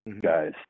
guys